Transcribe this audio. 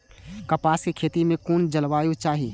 कपास के खेती में कुन जलवायु चाही?